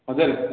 ହଜାରେ